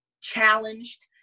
challenged